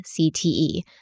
CTE